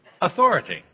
authority